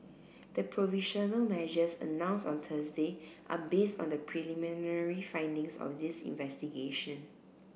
the provisional measures announced on Thursday are base on the preliminary findings of this investigation